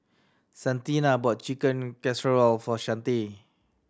Santina bought Chicken Casserole for Shante